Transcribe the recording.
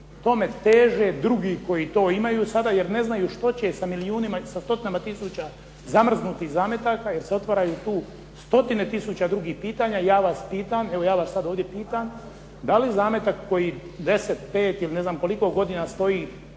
tome teže drugi koji to imaju sada jer ne znaju što će sa milijunima i sa stotinama tisuća zamrznutih zametaka jer se otvaraju tu stotine tisuća drugih pitanja. Ja vas pitam, evo ja vas sad ovdje pitam, da li zametak koji 10, 5 ili ne znam koliko godina stoji